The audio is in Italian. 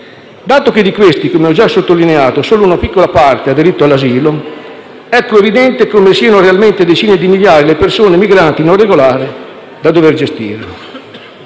Dato che di questi, come ho già sottolineato, solo una piccola parte ha diritto all'asilo, ecco evidente come siano realmente decine di migliaia le persone, migranti non regolari, da dover gestire.